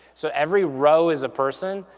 so every row is a person,